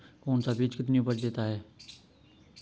कौन सा बीज कितनी उपज देता है?